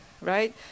right